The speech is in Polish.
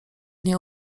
nie